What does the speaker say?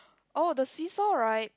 oh the seesaw right